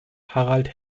harald